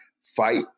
fight